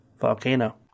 volcano